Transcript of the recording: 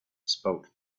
spoke